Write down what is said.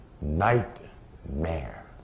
nightmare